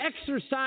exercise